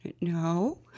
no